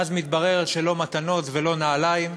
ואז מתברר שלא מתנות ולא נעליים,